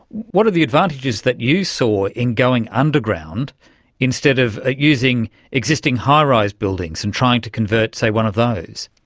what are the advantages that you saw in going underground instead of using existing high-rise buildings and trying to convert, say, one of those?